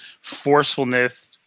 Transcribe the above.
forcefulness